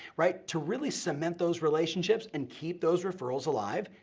right, to really cement those relationships and keep those referrals alive,